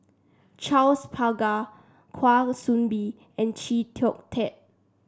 Charles Paglar Kwa Soon Bee and Chee Kong Tet